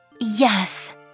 Yes